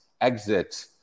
exit